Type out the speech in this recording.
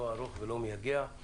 לא ארוך ולא מייגע.